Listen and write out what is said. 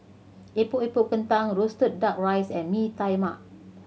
Epok Epok Kentang roasted Duck Rice and Mee Tai Mak